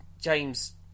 James